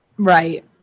Right